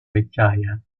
vecchiaia